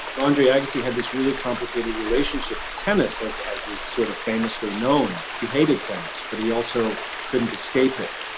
andrew agassi had this really complicated relationship to tennis, as it is sort of famously known. he hated tennis, but he also couldn't escape it.